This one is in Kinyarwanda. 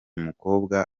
mukobwa